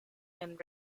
and